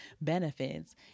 benefits